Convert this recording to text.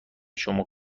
شما